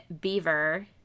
Beaver